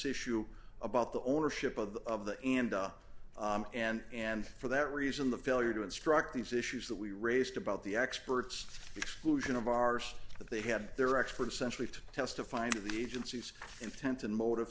issue about the ownership of the of the enda and for that reason the failure to instruct these issues that we raised about the experts exclusion of ours that they had their experts century to testify of the agency's intent and motive